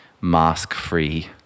mask-free